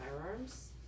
firearms